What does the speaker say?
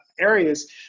areas